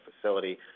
facility